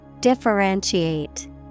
Differentiate